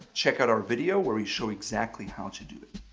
check out our video where we show exactly how to do that.